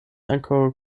ankaŭ